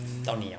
到你 liao